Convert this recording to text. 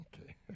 Okay